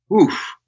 Oof